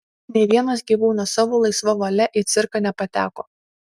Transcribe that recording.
nė vienas gyvūnas savo laisva valia į cirką nepateko